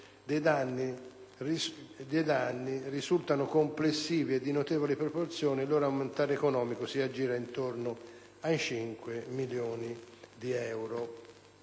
dei danni, risultano complessi e di notevole proporzione: il loro ammontare economico si aggira intorno ai 5 milioni di euro.